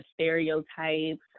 stereotypes